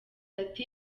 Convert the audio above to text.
ati